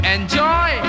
Enjoy